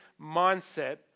mindset